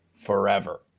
forever